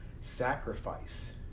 sacrifice